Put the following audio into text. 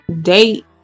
date